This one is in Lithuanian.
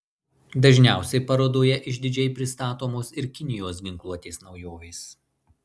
dažniausiai parodoje išdidžiai pristatomos ir kinijos ginkluotės naujovės